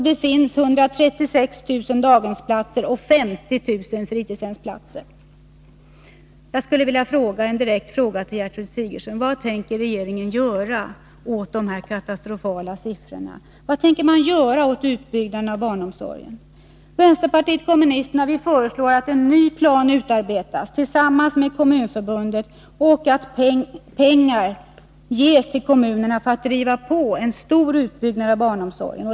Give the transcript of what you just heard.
Det finns 136 000 daghemsplatser och 50 000 fritidshemsplatser. utbyggnaden av barnomsorgen? Vänsterpartiet kommunisterna föreslår att en ny plan utarbetas tillsammans med Kommunförbundet och att kommunerna får pengar för att driva på en stor utbyggnad av barnomsorgen.